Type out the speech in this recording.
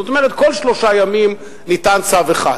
זאת אומרת, כל שלושה ימים ניתן צו אחד.